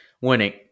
winning